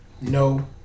No